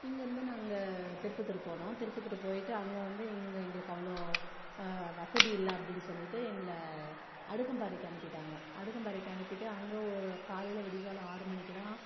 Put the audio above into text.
இங்கேயிருந்து நாங்கள் திருப்பத்தூர் போனோம் திருப்பத்தூர் போய்ட்டு அங்கே வந்து இங்கே எங்களுக்கு அவ்வளோ வசதி இல்லை அப்படின்னு சொல்லிவிட்டு எங்களை அடுக்கம்பாறைக்கு அனுப்பிவிட்டாங்க அடுக்கம்பாறைக்கு அனுப்பிவிட்டு அங்கே ஒரு காலையில் விடியல் காலைல ஆறு மணிக்கு தான்